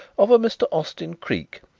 of a mr. austin creake.